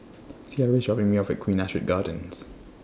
Ciera IS dropping Me off At Queen Astrid Gardens